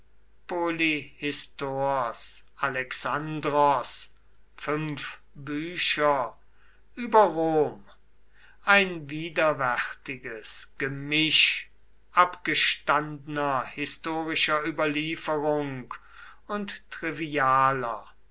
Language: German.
polyhistors alexandros fünf bücher über rom ein widerwärtiges gemisch abgestandener historischer überlieferung und trivialer